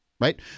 Right